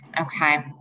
Okay